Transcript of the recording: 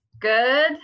Good